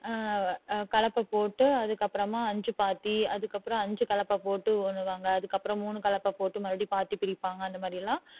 கலப்பை போட்டு அதுக்கப்புறமா அஞ்சு பாத்தி அதுக்கப்புறம் அஞ்சு கலப்பை போட்டு உழுவாங்க அதுக்கப்புறம் மூணு கலப்பை போட்டு மறுபடி பாத்தி பிரிப்பாங்க அந்த மாதிரியெல்லாம்